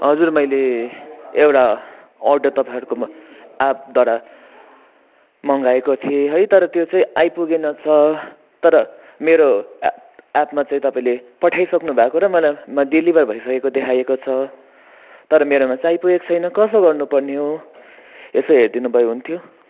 हजुर मैले एउटा अर्डर तपाईँहरूको एपद्वारा मगाएको थिएँ है तर त्यो चाहिँ आइपुगेनछ तर मेरो ए एपमा चाहिँ तपाईँले पठाइसक्नु भएको र डेलिभर भइसकेको देखाइएको छ तर मेरोमा चाहिँ आइपुगेको छैन कसो गर्नुपर्ने हो यसो हेरिदिनु भए हुन्थ्यो